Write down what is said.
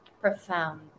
profound